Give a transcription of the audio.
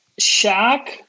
Shaq